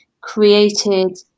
created